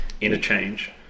interchange